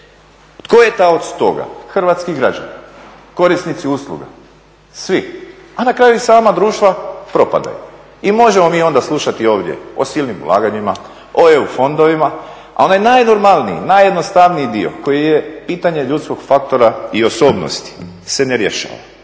Tko je taoc toga, hrvatski građani, korisnici usluga, svi, a na kraju i sama društva propadaju. I možemo mi onda slušati ovdje o silnim ulaganjima, o EU fondovima, a onaj najnormalniji, najjednostavniji dio koji je pitanje ljudskog faktora i osobnosti se ne rješava